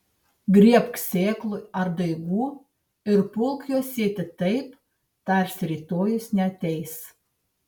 griebk sėklų ar daigų ir pulk juos sėti taip tarsi rytojus neateis